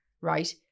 right